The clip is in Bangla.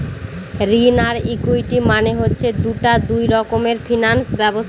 ঋণ আর ইকুইটি মানে হচ্ছে দুটা দুই রকমের ফিনান্স ব্যবস্থা